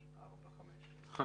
הצבעה בעד, 4 נגד, 5